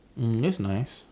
mm that's nice